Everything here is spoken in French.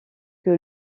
que